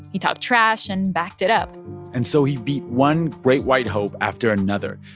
he talked trash and backed it up and so he beat one great white hope after another,